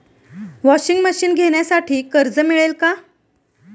Washing machine घेण्यासाठी कर्ज मिळेल का?